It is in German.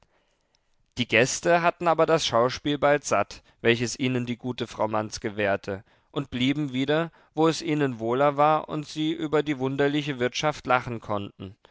die gäste hatten aber das schauspiel bald satt welches ihnen die gute frau manz gewährte und blieben wieder wo es ihnen wohler war und sie über die wunderliche wirtschaft lachen konnten